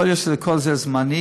יכול להיות שכל זה זמני.